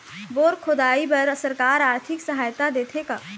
Bore खोदाई बर सरकार आरथिक सहायता देथे का?